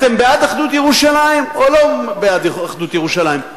אתם בעד אחדות ירושלים או לא בעד אחדות ירושלים?